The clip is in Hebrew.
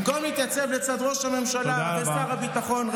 במקום להתייצב לצד ראש הממשלה ושר הביטחון,